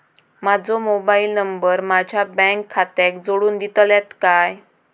माजो mobile number माझ्या bank खात्याक जोडून दितल्यात काय?